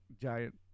giant